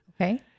Okay